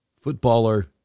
footballer